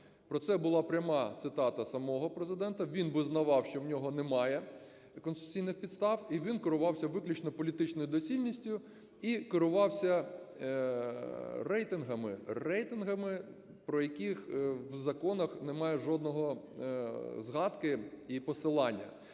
Про це була пряма цитата самого Президента, він визнавав, що у нього немає конституційних підстав, і він керувався виключно політичною доцільністю, і керувався рейтингами, рейтингами, про які в законах немає жодної згадки і посилання.